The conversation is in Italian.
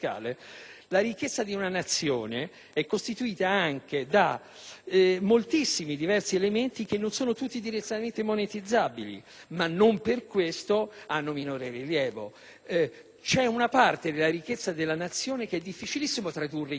la ricchezza di una Nazione è costituita anche da moltissimi e diversi elementi che, pur non essendo tutti direttamente monetizzabili, non per questo hanno minor rilievo. C'è una parte della ricchezza della Nazione che è difficilissimo tradurre in euro,